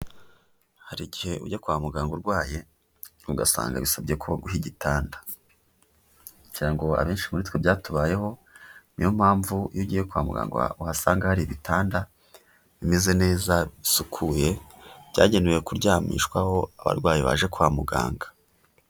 Hari igihe ujya kwa muganga urwaye, ugasanga bisabye ko baguha igitanda, ngira ngo abenshi muri twe byatubayeho, ni yo mpamvu iyo ugiye kwa muganga uhasanga hari ibitanda bimeze bisukuye, byagenewe kuryamishwaho abarwayi baje kwa muganga.